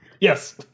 Yes